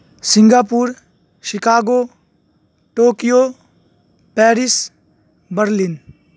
Singapore Chicago Tokyo Paris Berlin